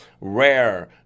Rare